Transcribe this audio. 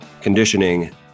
conditioning